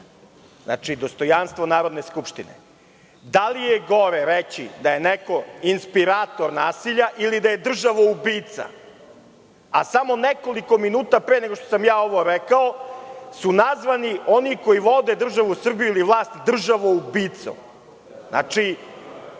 107 - dostojanstvo Narodne skupštine, da li je gore reći da je neko inspirator nasilja ili da je državoubica? A samo nekoliko minuta pre nego što sam ja ovo rekao su nazvani oni koji vode državu Srbiju ili vlast – državoubicom. Ne